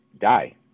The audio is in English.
die